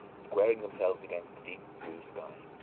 squaring themselves against the deep blue sky.